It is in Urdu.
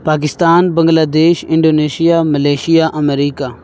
Pakistan Bangladesh Indonesia Malaysia America